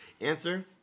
Answer